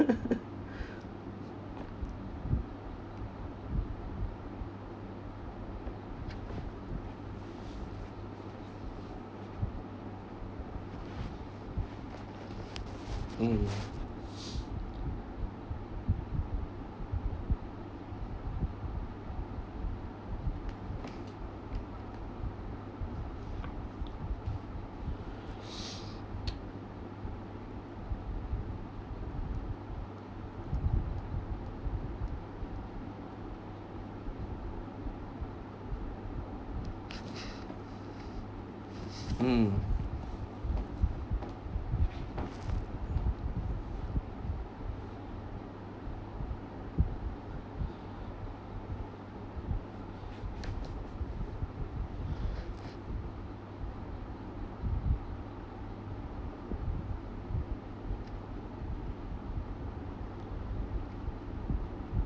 mm mm